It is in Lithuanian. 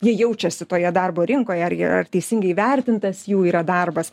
jie jaučiasi toje darbo rinkoje ar jie ar teisingai įvertintas jų yra darbas